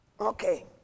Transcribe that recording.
okay